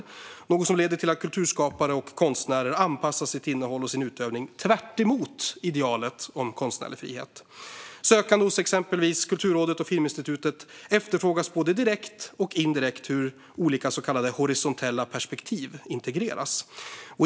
Det är något som leder till att kulturskapare och konstnärer anpassar sitt innehåll och sin utövning, tvärtemot idealet om konstnärlig frihet. Sökande hos exempelvis Kulturrådet och Filminstitutet tillfrågas både direkt och indirekt om hur olika så kallade horisontella perspektiv integreras.